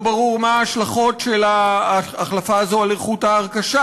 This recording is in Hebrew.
ולא ברור מה הן ההשלכות של ההחלפה הזאת על איכות ההרכשה.